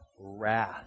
wrath